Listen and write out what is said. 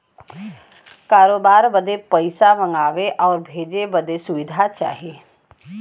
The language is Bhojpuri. करोबार बदे पइसा मंगावे आउर भेजे बदे सुविधा चाही